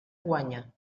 guanya